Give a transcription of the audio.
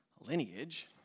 lineage